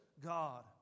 God